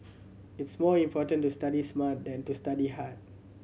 it's more important to study smart than to study hard